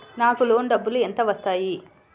నాకు లోన్ డబ్బులు ఎంత వస్తాయి?